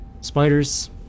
Spiders